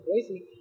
crazy